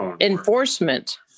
enforcement